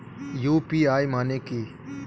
UPI মানে কি?